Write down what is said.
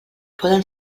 poden